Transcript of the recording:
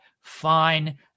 fine